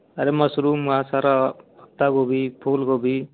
अरे मशरूम वह सारा पत्ता गोभी फूल गोभी